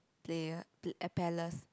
player the air palace